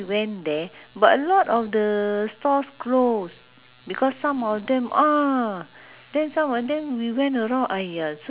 there's a mall there so we ate there we ate a b~ bakso usual lah bak~ bakso then it's quite nice ah because sometimes